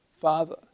Father